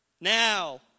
Now